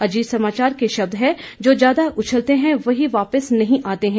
अजीत समाचार के शब्द हैं जो ज्यादा उछलते हैं वह वापिस नहीं आते हैं